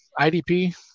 idp